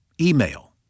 email